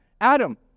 Adam